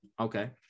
Okay